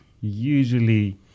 usually